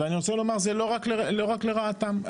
וזה לא רק לרעתם,